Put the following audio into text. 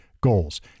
goals